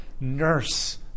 nurse